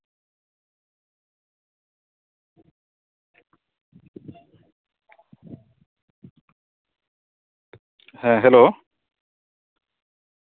ᱦᱮᱸ ᱦᱮᱞᱳ